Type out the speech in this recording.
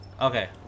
Okay